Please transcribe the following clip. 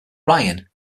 ryan